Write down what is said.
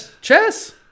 Chess